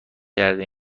کرده